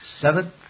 Seventh